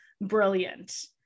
brilliant